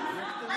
לא הבנתי.